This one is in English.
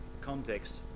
context